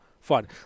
fun